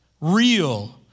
Real